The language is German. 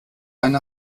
eine